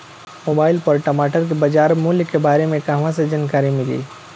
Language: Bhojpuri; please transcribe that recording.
मोबाइल पर टमाटर के बजार मूल्य के बारे मे कहवा से जानकारी मिली?